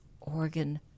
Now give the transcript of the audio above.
organ